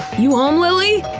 you home, lilly?